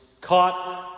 caught